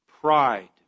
pride